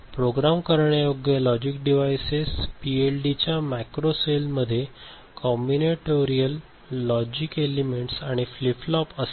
programme करण्यायोग्य logic device पीएलडीच्या macro सेलमध्ये कॉम्बिनेटरियल लॉजिक एलिमेंट्स आणि फ्लिप फ्लॉप असतात